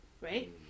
right